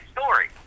story